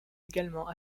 également